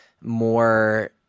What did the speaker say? more